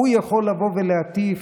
הוא יכול לבוא ולהטיף?